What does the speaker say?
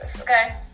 okay